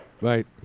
Right